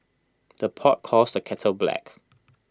the pot calls the kettle black